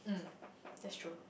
mm that's true